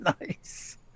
Nice